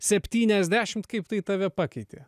septyniasdešim kaip tai tave pakeitė